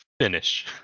Finish